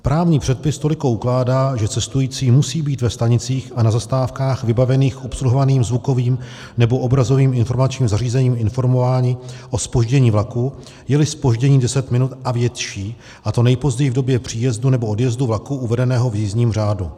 Právní předpis toliko ukládá, že cestující musí být ve stanicích a na zastávkách vybavených obsluhovaným zvukovým nebo obrazovým informačním zařízením informováni o zpoždění vlaku, jeli zpoždění 10 minut a větší, a to nejpozději v době příjezdu nebo odjezdu vlaku uvedeného v jízdním řádu.